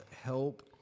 help